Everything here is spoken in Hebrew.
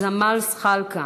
חבר הכנסת ג'מאל זחאלקה,